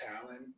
talent